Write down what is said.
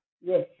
Yes